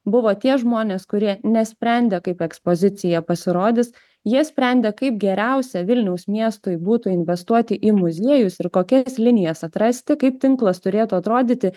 buvo tie žmonės kurie nesprendė kaip ekspozicija pasirodys jie sprendė kaip geriausia vilniaus miestui būtų investuoti į muziejus ir kokias linijas atrasti kaip tinklas turėtų atrodyti